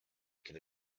could